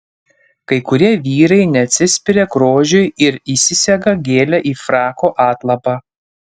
kai kurie vyrai neatsispiria grožiui ir įsisega gėlę į frako atlapą